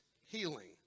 healing